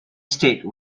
state